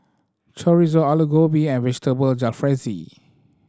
Chorizo Alu Gobi and Vegetable Jalfrezi